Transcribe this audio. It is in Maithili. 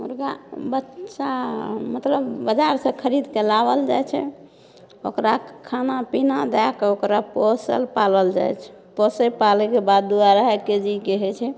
मुर्गाके बच्चा मतलब बजार से खरीदके लाओल जाइत छै ओकरा खाना पीना दएके ओकरा पोसल पालल जाइत छै पोसै पालैके बाद दू अढ़ाइ केजीके होइत छै